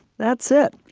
that's it.